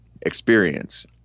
experience